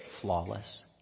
flawless